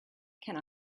can